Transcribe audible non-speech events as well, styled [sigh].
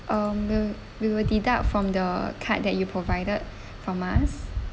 um will we will deduct from the card that you provided [breath] from us